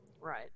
Right